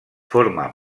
forma